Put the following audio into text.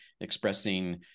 expressing